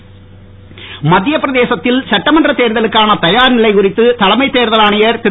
மத்திய பிரதேசம் மத்திய பிரதேசத்தில் சட்டமன்ற தேர்தலுக்கான தயார் நிலை குறித்து தலைமைத் தேர்தல் ஆணையர் திரு